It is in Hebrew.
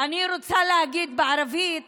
אני רוצה להגיד, בערבית